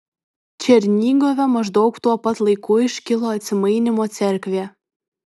černigove maždaug tuo pat laiku iškilo atsimainymo cerkvė